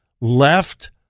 left